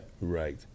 Right